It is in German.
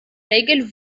regel